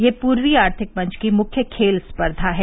यह पूर्वी आर्थिक मंच की मुख्य खेल स्पर्धा है